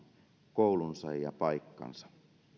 koulunsa ja paikkansa